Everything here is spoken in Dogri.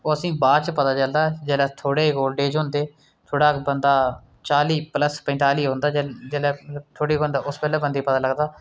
ओह् असें गी बाद च पता चलदा ऐ जेल्लै थोह्ड़े ओल्डएजड होंदे थोह्ड़ा बंदा चाली प्लस पंजताली होंदा जेल्लै थोह्ड़ा बंदा उस बेल्लै बंदे गी पता लगदा